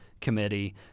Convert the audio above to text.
Committee